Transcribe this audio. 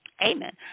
Amen